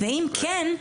אם כן,